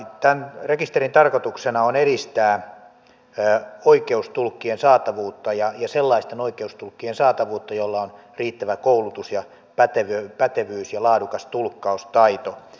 tämän rekisterin tarkoituksena on edistää oikeustulkkien saatavuutta ja sellaisten oikeustulkkien saatavuutta joilla on riittävä koulutus pätevyys ja laadukas tulkkaustaito